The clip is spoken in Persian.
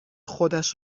خودش